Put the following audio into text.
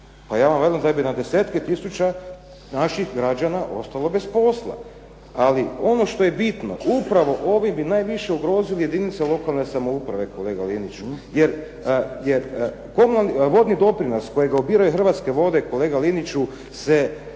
Pa ja vam velim da bi na desetke tisuća naših građana ostalo bez posla. ali ono što je bitno upravo ovim bi najviše ugrozili jedinice lokalne samouprave kolega Liniću, jer vodni doprinos kojega ubiraju Hrvatske vode kolega Liniću se